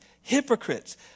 hypocrites